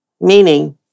Meaning